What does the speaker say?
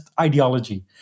ideology